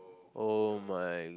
oh my